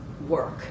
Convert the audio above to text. work